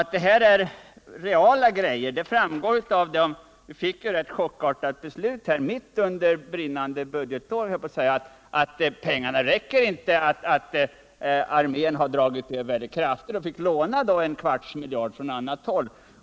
Att det här är realiteter framgår av det förhållandet att vi mitt under brinnande budgetår fick ett rätt chockartat besked: Pengarna räcker inte! Armén hade dragit över kraftigt och fick låna en kvarts miljard från annat håll.